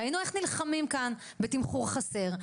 ראינו איך נלחמים כאן בתמחור חסר,